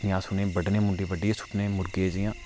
जि'यां अस उ'नेंगी बड्ढने मुंडी बड्ढियै सुट्टने मुरगे दी जि'यां